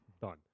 Done